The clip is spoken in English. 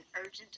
urgent